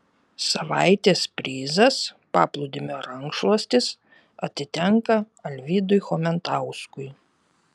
savaitės prizas paplūdimio rankšluostis atitenka alvydui chomentauskui